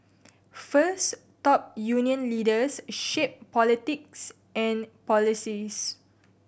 first top union leaders shape politics and policies